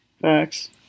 Facts